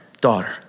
Daughter